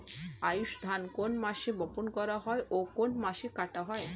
আউস ধান কোন মাসে বপন করা হয় ও কোন মাসে কাটা হয়?